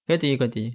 continue continue